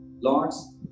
Lord's